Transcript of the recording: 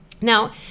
Now